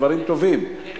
דברים טובים,